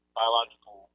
biological